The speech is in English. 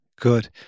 Good